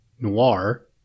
noir